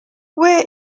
where